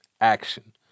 action